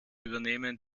übernehmen